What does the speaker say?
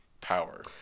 power